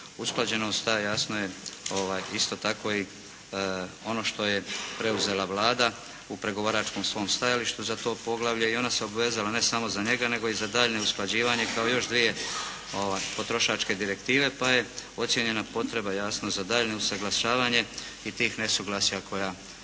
usklađenost. I jasno je isto tako i ono što je preuzela Vlada u pregovaračkom svom stajalištu za to poglavlje. I ona se obvezala ne samo za njega nego i za daljnje usklađivanje kao još dvije potrošačke direktive pa je ocijenjena potreba jasno za daljnje usaglašavanje i tih nesuglasja koja postoje.